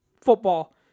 football